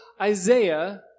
Isaiah